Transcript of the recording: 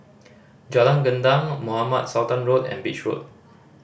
Jalan Gendang Mohamed Sultan Road and Beach Road